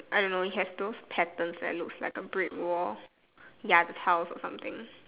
I don't know they have those patterns that looks like a brick wall ya the tiles or something